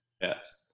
Yes